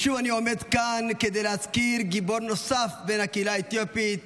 שוב אני עומד כאן כדי להזכיר גיבור נוסף בן הקהילה האתיופית